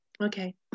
okay